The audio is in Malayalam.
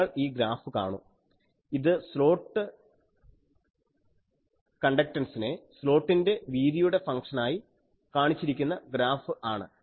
നിങ്ങൾ ഈ ഗ്രാഫ് കാണു ഇത് സ്ലോട്ട് കണ്ടക്ടൻസിനെ സ്ലോട്ടിൻ്റെ വീതിയുടെ ഫംങ്ഷനായി കാണിച്ചിരിക്കുന്ന ഗ്രാഫ് ആണ്